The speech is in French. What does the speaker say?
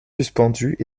suspendues